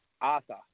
Arthur